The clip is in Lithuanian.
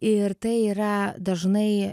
ir tai yra dažnai